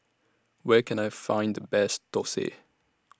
Where Can I Find The Best Thosai